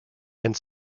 and